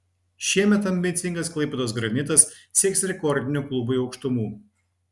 šiemet ambicingas klaipėdos granitas sieks rekordinių klubui aukštumų